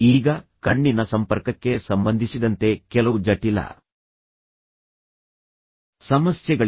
ಈಗ ಕಣ್ಣಿನ ಸಂಪರ್ಕಕ್ಕೆ ಸಂಬಂಧಿಸಿದಂತೆ ಕೆಲವು ಜಟಿಲ ಸಮಸ್ಯೆಗಳಿವೆ